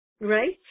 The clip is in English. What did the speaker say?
right